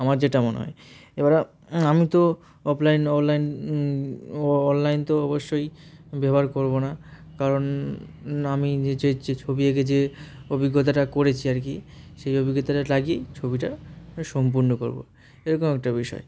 আমার যেটা মনে হয় এবার আমি তো অফলাইন অনলাইন অনলাইন তো অবশ্যই ব্যবহার করবো না কারণ আমি যে ছবি এঁকে যে অভিজ্ঞতাটা করেছি আর কি সেই অভিজ্ঞতাটা লাগিয়েই ছবিটা সম্পূর্ণ করবো এরকম একটা বিষয়